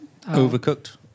Overcooked